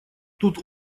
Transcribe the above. тут